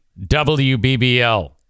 WBBL